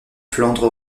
flandre